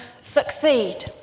succeed